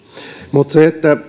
mutta